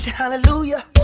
Hallelujah